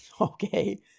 Okay